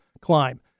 climb